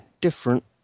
different